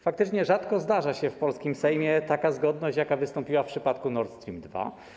Faktycznie rzadko zdarza się w polskim Sejmie taka zgodność, jaka wystąpiła w przypadku Nord Stream 2.